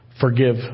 forgive